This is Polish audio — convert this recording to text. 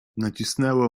nacisnęło